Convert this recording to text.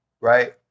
right